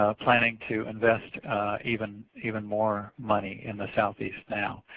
ah planning to invest even even more money in the southeast now.